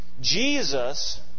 Jesus